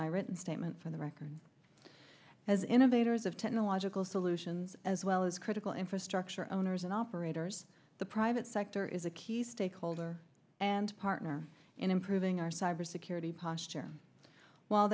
my written statement for the record as innovators of technological solutions as well as critical infrastructure owners and operators the private sector is a key stakeholder and partner in improving our cyber security posture while